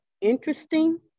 interesting